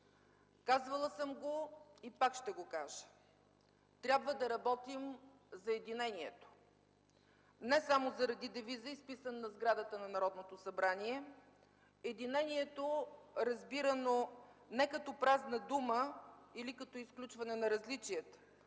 Казвала съм го и пак ще го кажа: трябва да работим за единението, не само заради девиза, изписан на сградата на Народното събрание – единението, разбирано не като празна дума или като изключване на различията.